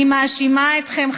אני מאשימה אתכם,